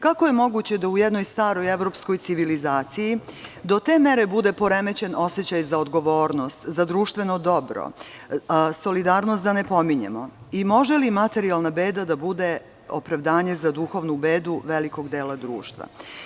Kako je moguće da u jednoj staroj evropskoj civilizaciji bude poremećen osećaj za odgovornost, za društveno dobro, solidarnost da ne pominjemo, može li materijalna beda da bude opravdanje za duhovnu bedu velikog dela društva?